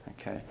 Okay